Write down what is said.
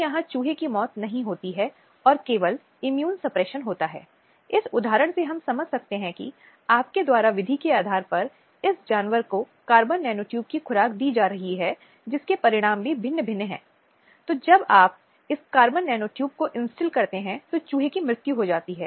वे क्षमता निर्माण कर्ता की भूमिका भी निभाते हैं शिक्षा प्रशिक्षण और आवश्यक क्षमता निर्माण उनको पोषित विकासशील समाधान प्रदान करते हैं जिनके लिए एक लंबी बढ़ाव या भुगतान अवधि की आवश्यकता हो सकती है